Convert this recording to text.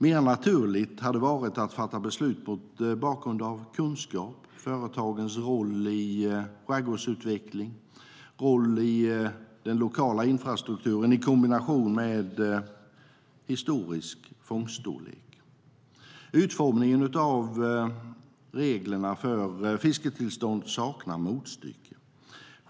Mer naturligt hade varit att fatta beslut mot bakgrund av kunskap, företagens roll i skärgårdsutvecklingen eller företagens roll i den lokala infrastrukturen, i kombination med historisk fångststorlek. Utformningen av reglerna för ålfisketillstånd saknar motstycke.